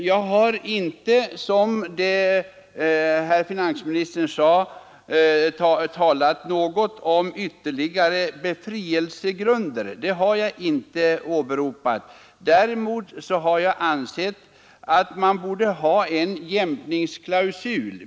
Jag har inte, som finansministern sade, talat om ytterligare befrielsegrunder. Däremot har jag ansett att man borde ha en jämkningsklausul.